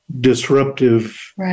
disruptive